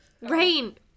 Rain